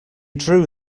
drew